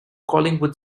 collingwood